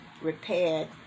repaired